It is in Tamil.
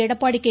எடப்பாடி கே